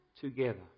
together